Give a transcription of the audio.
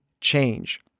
change